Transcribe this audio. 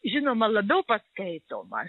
žinoma labiau paskaitomas